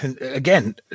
again